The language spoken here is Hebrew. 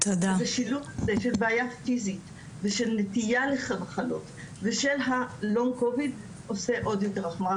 זה בעיה פיזית ושל נטייה למחלות וה-LONG COVID עושה עוד יותר החמרה.